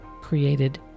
created